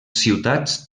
ciutats